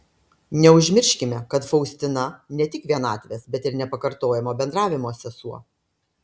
neužmirškime kad faustina ne tik vienatvės bet ir nepakartojamo bendravimo sesuo